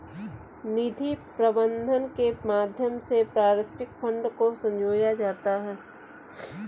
निधि प्रबन्धन के माध्यम से पारस्परिक फंड को संजोया जाता है